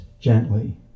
gently